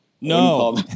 No